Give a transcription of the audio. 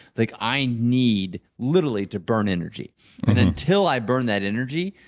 like i need literally to burn energy and until i burn that energy,